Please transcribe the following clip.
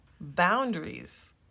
boundaries